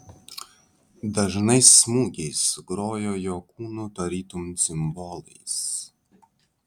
dažnais smūgiais grojo jo kūnu tarytum cimbolais